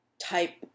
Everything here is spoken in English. type